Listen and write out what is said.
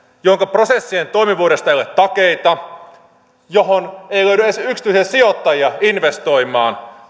jonka prosessien toimivuudesta ei ole takeita johon ei löydy edes yksityisiä sijoittajia investoimaan